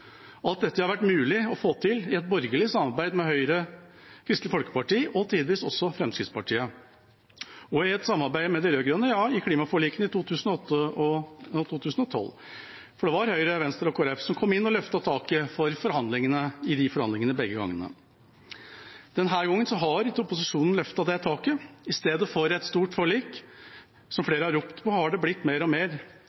dette har vært mulig å få til i et borgerlig samarbeid med Høyre, Kristelig Folkeparti og tidvis også Fremskrittspartiet, og i et samarbeid med de rød-grønne i klimaforlikene i 2008 og 2012. For det var Høyre, Venstre og Kristelig Folkeparti som kom inn og løftet taket i de forhandlingene begge ganger. Denne gangen har ikke opposisjonen løftet taket. I stedet for et stort forlik, som